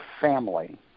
family